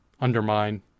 undermine